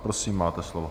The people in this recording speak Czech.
Prosím, máte slovo.